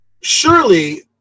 surely